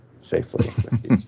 safely